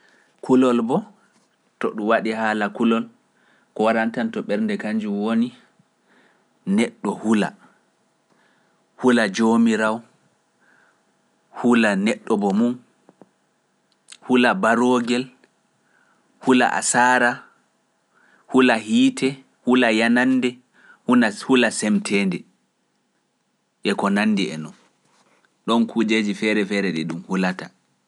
Kulol bo to ɗum waɗi haala kulol ko waran tan to ɓernde kanjum woni neɗɗo hula, hula joomiraawo, hula neɗɗo bo mum, hula baroogel, hula a saara, hula hiite, hula yanande, hula semteende, e ko nanndi e noon, ɗoon kujeeji feere feere ɗe ɗum hulata.